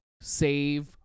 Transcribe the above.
save